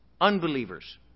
unbelievers